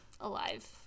alive